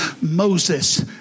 Moses